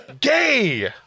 Gay